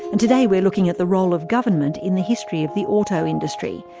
and today we're looking at the role of government in the history of the auto industry,